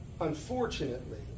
unfortunately